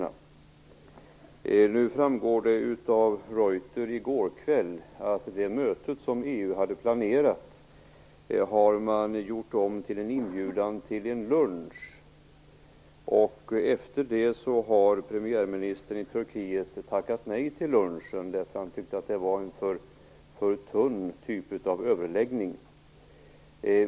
I går kväll framgick det av Reuter att det möte som EU hade planerat hade gjorts om till en lunchinbjudan. Efter det har den turkiske premiärministern tackat nej, eftersom han tyckte att en lunch var en för tunn typ av överläggning.